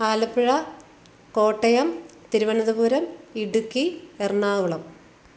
Alappuzha Kottayam Thiruvananthapuram Idukki Ernakulam